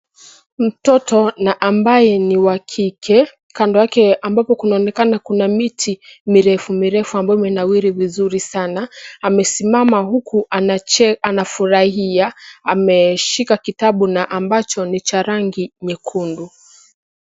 Mtoto na ambaye ni wa kike, kando yake ambapo kunaonekana kuna miti mirefu mirefu ambayo imenawiri vizuri sana amesimama huku anafurahia ameshika kitabu na ambacho ni cha rangi nyekundu.